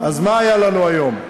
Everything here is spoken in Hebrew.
אז מה היה לנו היום?